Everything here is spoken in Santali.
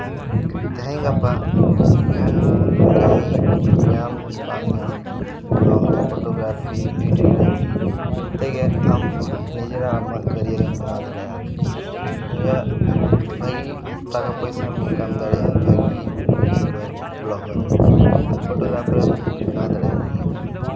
ᱛᱮᱦᱮᱧ ᱜᱟᱯᱟ ᱡᱟᱦᱟᱱ ᱠᱟ ᱢᱤ ᱧᱟᱢ ᱵᱟᱝ ᱧᱟᱢ ᱱᱚᱣᱟ ᱯᱷᱚᱴᱳᱜᱨᱟᱯᱷᱤ ᱵᱷᱤᱰᱤᱭᱳᱜᱨᱟᱯᱷᱤ ᱛᱮᱜᱮ ᱤᱱᱠᱟᱢ ᱱᱤᱡᱮᱨᱟᱜ ᱟᱢᱟᱜ ᱠᱮᱨᱤᱭᱟᱨᱮᱢ ᱵᱮᱱᱟᱣ ᱫᱟᱲᱮᱭᱟᱜᱼᱟ ᱫᱤᱭᱮ ᱵᱷᱟᱹᱜᱤ ᱴᱟᱠᱟᱼᱯᱚᱭᱥᱟᱢ ᱤᱱᱠᱟᱢ ᱫᱟᱲᱮᱭᱟᱜᱼᱟ ᱭᱩᱴᱤᱭᱩᱵᱟᱨ ᱵᱷᱞᱚᱜᱟᱨ ᱯᱷᱚᱴᱳᱜᱨᱟᱯᱷᱟᱨᱮᱢ ᱵᱮᱱᱟᱣ ᱫᱟᱲᱮᱭᱟᱜᱼᱟ